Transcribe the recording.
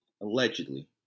Allegedly